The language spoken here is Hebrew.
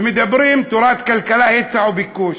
מדברים בתורת הכלכלה על היצע וביקוש,